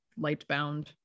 Lightbound